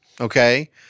okay